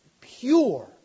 pure